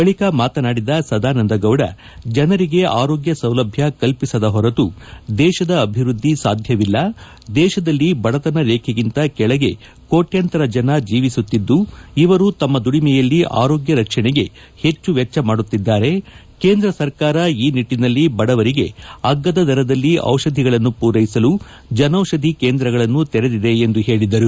ಬಳಿಕ ಮಾತನಾಡಿದ ಸದಾನಂದಾಗೌಡ ಜನರಿಗೆ ಆರೋಗ್ಯ ಸೌಲಭ್ಯ ಕಲ್ಪಸದ ಹೊರತು ದೇಶದ ಅಭಿವೃದ್ದಿ ಸಾಧ್ಯವಿಲ್ಲ ದೇಶದಲ್ಲಿ ಬಡತನ ರೇಖೆಗಿಂತ ಕೆಳಗೆ ಕೋಟ್ಯಾಂತರ ಜನ ಜೀವಿಸುತ್ತಿದ್ದು ಇವರು ತಮ್ಮ ದುಡಿಮೆಯಲ್ಲಿ ಆರೋಗ್ಯ ರಕ್ಷಣೆಗೆ ಹೆಚ್ಚು ವೆಚ್ಚ ಮಾಡುತ್ತಿದ್ದಾರೆ ಕೇಂದ್ರ ಸರ್ಕಾರ ಈ ನಿಟ್ಟಿನಲ್ಲಿ ಬಡವರಿಗೆ ಅಗ್ಡದ ದರದಲ್ಲಿ ಔಷಧಿಗಳನ್ನು ಪೂರೈಸಲು ಜನೌಷಧಿ ಕೇಂದ್ರಗಳನ್ನು ತೆರೆದಿದೆ ಎಂದು ಹೇಳಿದರು